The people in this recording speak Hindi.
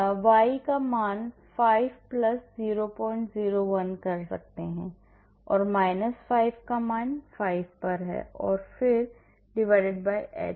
मैं y मान 5 001 पर लूंगा y मान 5 पर और फिर h